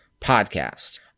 podcast